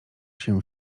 się